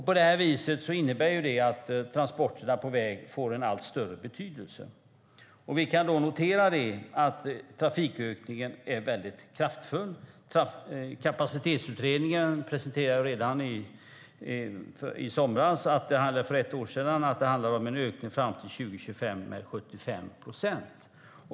Det innebär att transporterna på väg får allt större betydelse. Vi kan notera att trafikökningen är kraftig. Kapacitetsutredningen sade redan för ett år sedan att det fram till 2025 handlar om en ökning med 75 procent.